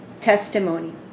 testimony